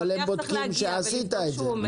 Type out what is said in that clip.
מעבדה עושה את זה.